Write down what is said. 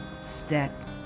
step